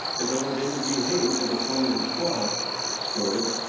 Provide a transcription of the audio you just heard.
as elder david b. haight of the quorum of the twelve stated,